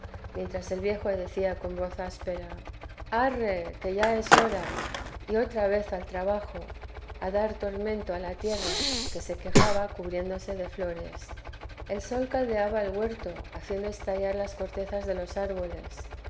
mientras el viejo decía con voz áspera arre que ya es hora y otra vez al trabajo a dar tormento a la tierra que se quejaba cubriéndose de flores el sol caldeaba el huerto haciendo estallar las cortezas de los árboles